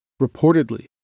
Reportedly